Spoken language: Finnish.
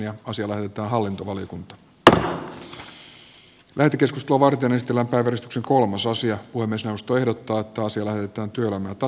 puhemiesneuvosto ehdottaa että asia lähetetään työelämä ja tasa arvovaliokuntaan jolle perustuslakivaliokunnan ja tarkastuslakivaliokunnan on annettava lausunto